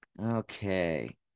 Okay